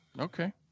Okay